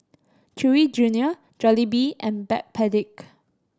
Chewy Junior Jollibee and Backpedic